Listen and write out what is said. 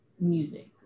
music